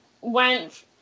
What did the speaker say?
went